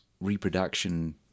reproduction